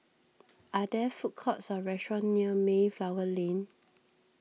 are there food courts or restaurants near Mayflower Lane